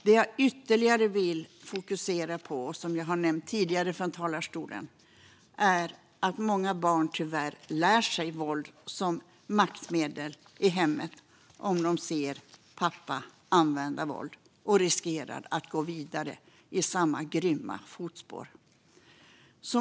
Det som jag vill fokusera ytterligare på, och som jag har nämnt i talarstolen tidigare, är att många barn tyvärr lär sig om våld som maktmedel i hemmet om de ser pappa använda våld, och de riskerar att gå vidare i samma grymma fotspår.